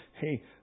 hey